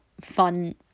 fun